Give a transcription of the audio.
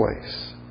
place